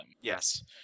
Yes